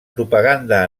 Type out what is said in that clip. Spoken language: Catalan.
propaganda